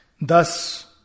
Thus